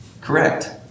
Correct